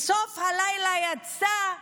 בסוף הלילה יצא,